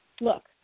Look